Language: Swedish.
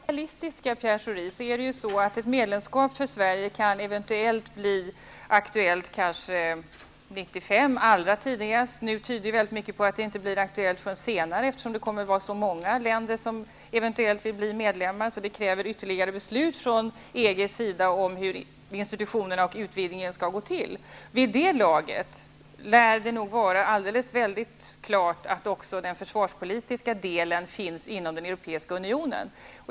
Herr talman! Skall vi vara realistiska, Pierre Schori, kan ett medlemskap för Sverige bli aktuellt kanske allra tidigast 1995. Nu tyder mycket på att det inte blir aktuellt förrän senare, eftersom det eventuellt kommer att vara många länder som vill bli medlemmar. Detta kräver ytterligare beslut från EG:s sida om hur utvidgningen av institutionerna skall gå till. Men vid det laget lär det också vara klart att den försvarspolitiska delen finns inom den europeiska unionen.